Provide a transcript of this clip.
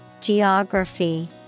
Geography